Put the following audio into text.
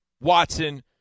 Watson